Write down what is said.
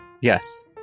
Yes